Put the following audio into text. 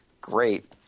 great